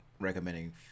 recommending